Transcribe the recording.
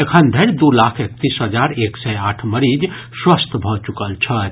एखन धरि दू लाख एकतीस हजार एक सय आठ मरीज स्वस्थ भऽ चुकल छथि